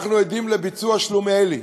אנחנו עדים לביצוע שלומיאלי,